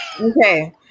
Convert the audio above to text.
Okay